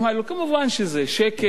מובן שזה שקר,